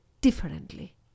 differently